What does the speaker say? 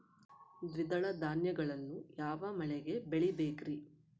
ದ್ವಿದಳ ಧಾನ್ಯಗಳನ್ನು ಯಾವ ಮಳೆಗೆ ಬೆಳಿಬೇಕ್ರಿ?